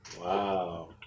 Wow